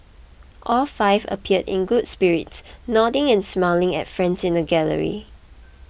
all five appeared in good spirits nodding and smiling at friends in the gallery